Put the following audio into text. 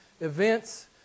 Events